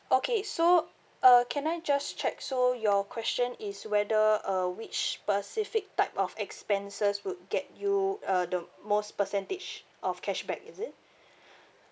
okay so uh can I just check so your question is whether uh which specific type of expenses would get you uh the most percentage of cashback is it